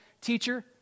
teacher